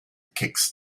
kicks